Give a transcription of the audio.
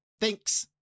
thanks